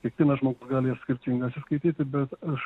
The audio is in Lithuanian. kiekvienas žmogus gali ir skirtingas išskaityti bet aš